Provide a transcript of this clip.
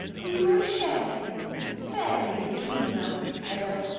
we will share him fairly between us, hedda.